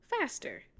faster